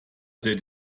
said